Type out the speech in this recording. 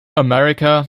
america